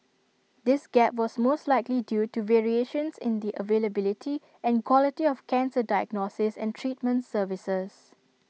this gap was most likely due to variations in the availability and quality of cancer diagnosis and treatment services